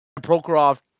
Prokhorov